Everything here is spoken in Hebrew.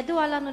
ידוע לנו,